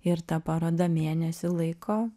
ir ta paroda mėnesį laiko